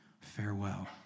Farewell